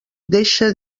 deixa